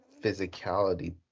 physicality